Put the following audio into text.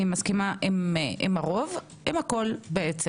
מסכימה עם כל דבריך.